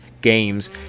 games